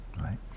right